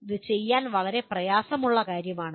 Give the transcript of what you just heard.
ഇത് ചെയ്യാൻ വളരെ പ്രയാസമുള്ള കാര്യമാണ്